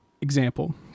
example